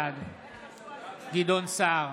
בעד גדעון סער,